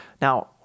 Now